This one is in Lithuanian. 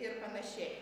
ir panašiai